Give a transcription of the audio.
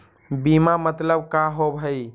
बीमा मतलब का होव हइ?